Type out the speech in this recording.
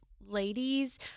ladies